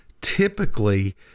typically